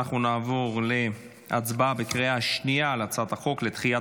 נעבור להצבעה בקריאה שנייה על הצעת החוק לדחיית